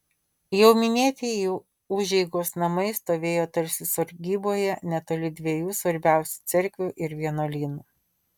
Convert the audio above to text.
jau minėti jų užeigos namai stovėjo tarsi sargyboje netoli dviejų svarbiausių cerkvių ir vienuolynų